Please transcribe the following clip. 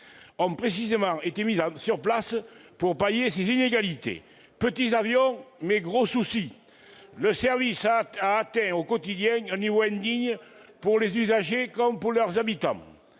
ont précisément été mises en place pour pallier ces inégalités. Petits avions, mais gros soucis ! Le service a atteint au quotidien un niveau indigne pour les usagers comme pour les habitants